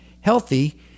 healthy